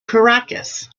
caracas